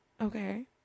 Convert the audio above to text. Okay